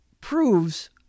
proves